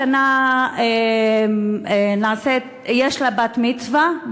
השנה יש לה בת-מצווה,